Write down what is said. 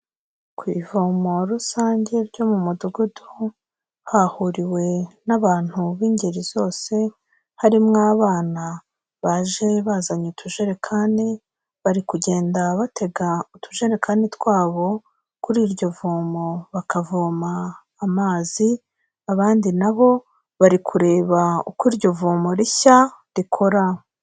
Ku ivomo rusange ryo mu mudugudu ho hahuriwe n'abantu b'ingeri zose harimwo abana baje bazanye utujerekani bari kugenda batega utujerekan twabo kuri iryovomo bakavoma amazi abandi nabo bari kureba uko iryovomo rishya rikora.